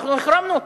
אנחנו החרמנו אותו.